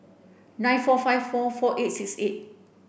nine four five four four eight six eight